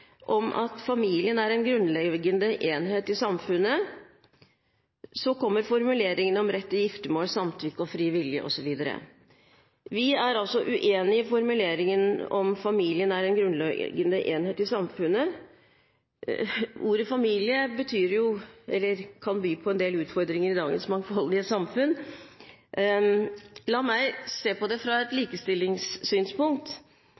om at «Familien er en grundlæggende Enhed i Samfundet». Så kommer formuleringen om rett til giftemål, samtykke, fri vilje osv. Vi er uenig i formuleringen «Familien er en grundlæggende Enhed i Samfundet». Ordet «familie» kan by på en del utfordringer i dagens mangfoldige samfunn. La meg se på det fra et